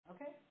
Okay